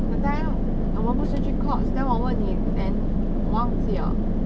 the bank ah 我们不是去 Courts then 我问你 then 你忘记了 ah